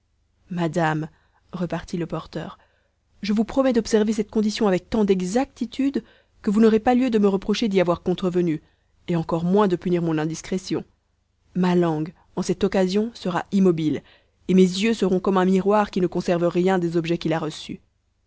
madame repartit le porteur je vous promets d'observer cette condition avec tant d'exactitude que vous n'aurez pas lieu de me reprocher d'y avoir contrevenu et encore moins de punir mon indiscrétion ma langue en cette occasion sera immobile et mes yeux seront comme un miroir qui ne conserve rien des objets qu'il a reçus